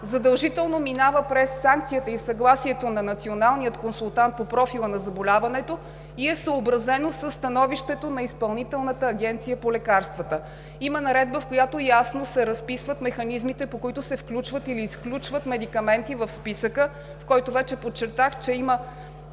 задължително минава през санкцията и съгласието на националния консултант по профила на заболяването и е съобразено със становището на Изпълнителната агенция по лекарствата. Има наредба, в която ясно се разписват механизмите, по които се включват или изключват медикаменти в списъка, в който вече подчертах, че има